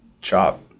Chop